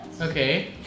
Okay